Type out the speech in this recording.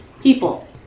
people